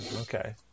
Okay